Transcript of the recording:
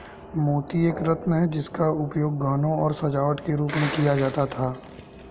मोती एक रत्न है जिसका उपयोग गहनों और सजावट के रूप में किया जाता था